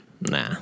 nah